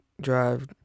Drive